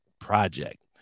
project